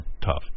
tough